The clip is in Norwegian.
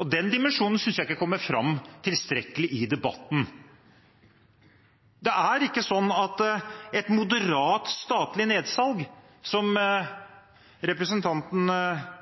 og den dimensjonen synes jeg ikke kommer tilstrekkelig fram i debatten. Det er ikke sånn at et moderat statlig nedsalg, som representanten